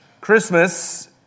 Christmas